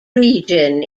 region